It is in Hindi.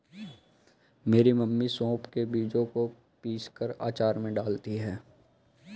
मेरी मम्मी सौंफ के बीजों को पीसकर अचार में डालती हैं